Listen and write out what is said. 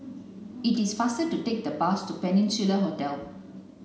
it is faster to take the bus to Peninsula Hotel